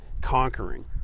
conquering